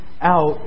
out